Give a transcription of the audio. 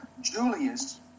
Julius